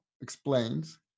explains